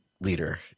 leader